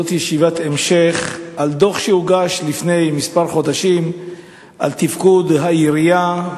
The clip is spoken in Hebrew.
זו ישיבת המשך על דוח שהוגש לפני כמה חודשים על תפקוד העירייה.